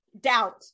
doubt